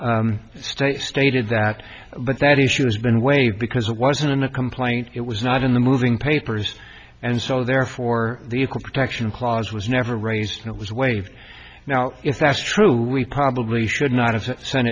court state stated that but that issue has been waived because it wasn't a complaint it was not in the moving papers and so therefore the equal protection clause was never raised and it was waived now if that's true we probably should not have sen